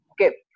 Okay